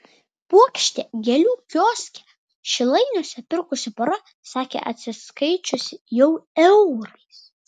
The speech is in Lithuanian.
puokštę gėlių kioske šilainiuose pirkusi pora sakė atsiskaičiusi jau eurais